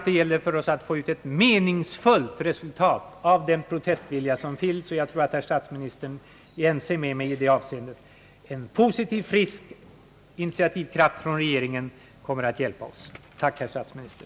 Det gäller för oss att få ut ett meningsfullt resultat av den protestvilja som finns, och jag tror att herr stats ministern är ense med mig i det av seendet. En positiv, frisk initiativkraft från regeringen kommer att hjälpa oss. Tack, herr statsminister!